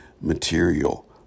material